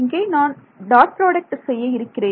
இங்கே நான் dot product செய்ய இருக்கிறேன்